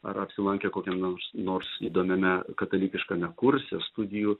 ar apsilankė kokiam nors nors įdomiame katalikiškame kurse studijų